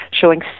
showing